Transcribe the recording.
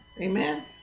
Amen